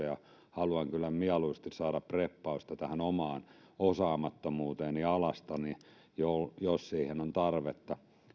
ja haluan kyllä mieluusti saada preppausta omaan osaamattomuuteeni alastani jos siihen on tarvetta